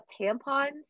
tampons